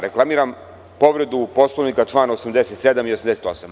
Reklamiram povredu Poslovnika, čl. 87. i 88.